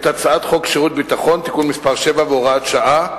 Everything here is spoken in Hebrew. הצעת חוק שירות ביטחון (תיקון מס' 7 והוראת שעה)